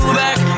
back